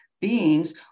beings